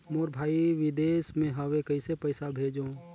मोर भाई विदेश मे हवे कइसे पईसा भेजो?